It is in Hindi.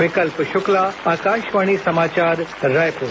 विकल्प शुक्ला आकाशवाणी समाचार रायपुर